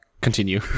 Continue